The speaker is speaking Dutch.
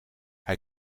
hij